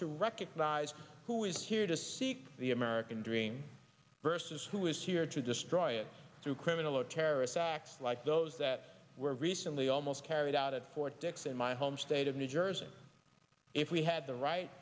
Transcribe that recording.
to recognize who is here to seek the american dream versus who is here to destroy it's to criminal or terrorist acts like those that were recently almost carried out at fort dix in my home state of new jersey and if we had the right